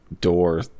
door